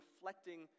reflecting